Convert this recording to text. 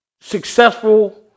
successful